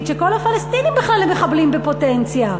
שכל הפלסטינים הם בכלל מחבלים בפוטנציה.